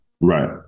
Right